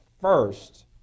first